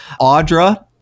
Audra